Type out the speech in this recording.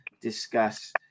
discuss